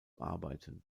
arbeiten